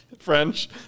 French